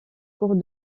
cours